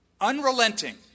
Unrelenting